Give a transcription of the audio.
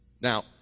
Now